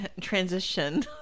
transition